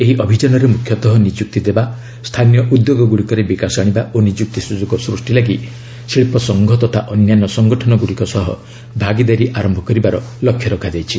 ଏହି ଅଭିଯାନରେ ମୁଖ୍ୟତଃ ନିଯୁକ୍ତି ଦେବା ସ୍ଥାନୀୟ ଉଦ୍ୟୋଗଗୁଡ଼ିକରେ ବିକାଶ ଆଶିବା ଓ ନିଯୁକ୍ତି ସୁଯୋଗ ସୃଷ୍ଟି ଲାଗି ଶିଳ୍ପସଂଘ ତଥା ଅନ୍ୟାନ୍ୟ ସଂଗଠନଗୁଡ଼ିକ ସହ ଭାଗିଦାରୀ ଆରମ୍ଭ କରିବାର ଲକ୍ଷ୍ୟ ରଖାଯାଇଛି